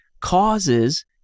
causes